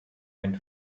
went